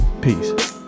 Peace